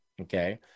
Okay